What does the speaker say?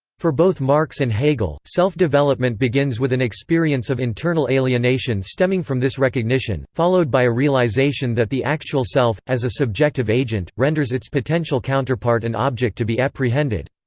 for both marx and hegel, self-development begins with an experience of internal alienation stemming from this recognition, followed by a realisation that the actual self, as a subjective agent, renders its potential counterpart an object to be apprehended.